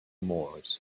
moors